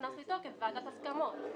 ועדת הסכמות נכנסת לתוקף.